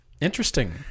Interesting